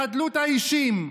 לחדלות האישיים,